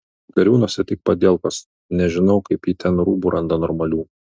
gariūnuose tik padielkos nežinau kaip ji ten rūbų randa normalių